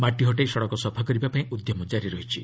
ମାଟି ହଟାଇ ସଡ଼କ ସଫା କରିବାପାଇଁ ଉଦ୍ୟମ ଜାରି ରହିଛି